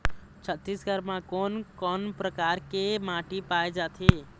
छत्तीसगढ़ म कोन कौन प्रकार के माटी पाए जाथे?